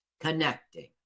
connecting